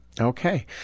Okay